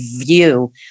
view